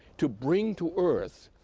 to bring to earth,